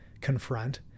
confront